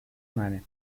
нами